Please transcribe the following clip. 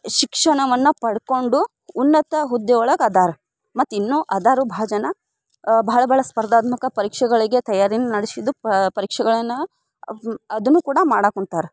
ಶಿಕ್ಷಣವನ್ನು ಪಡ್ಕೊಂಡು ಉನ್ನತ ಹುದ್ದೆ ಒಳಗೆ ಅದಾರ ಮತ್ತು ಇನ್ನೂ ಅದಾರು ಭಾಳ ಜನ ಬಹಳ ಭಾಳ ಸ್ಪರ್ಧಾತ್ಮಕ ಪರೀಕ್ಷೆಗಳಿಗೆ ತಯಾರಿ ನಡೆಸಿದ್ದು ಪರೀಕ್ಷೆಗಳನ್ನ ಅಮ್ ಅದೂ ಕೂಡ ಮಾಡಿ ಕುಂತಾರ